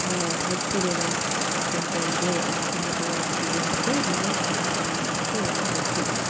ಹ ಹಕ್ಕಿದೆ ವಾಕ್ ಸ್ವಾತಂತ್ರ್ಯ ಇದೆ ಮಾತನಾಡುವ ಹಕ್ಕಿದೆ ಅನ್ನೋದು ಈಗ ಜನಸಾಮಾನ್ಯರಿಗೂ ಎಲ್ಲ ಗೊತ್ತಿದೆ